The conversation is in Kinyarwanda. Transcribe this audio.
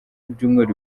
ibyumweru